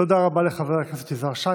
תודה רבה לחבר הכנסת יזהר שי.